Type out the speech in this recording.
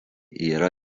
yra